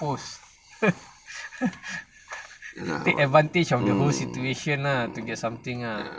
mampus take advantage of the whole situation lah to get something ah